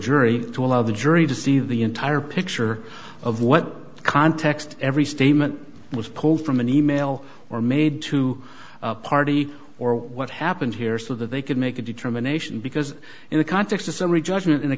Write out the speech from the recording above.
jury to allow the jury to see the entire picture of what context every statement was pulled from an e mail or made to a party or what happened here so that they could make a determination because in the context of summary judgment in